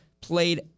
played